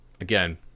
Again